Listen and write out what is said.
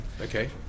Okay